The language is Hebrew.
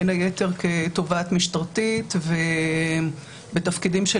בין היתר כתובעת משטרתית ובתפקידים של